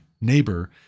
neighbor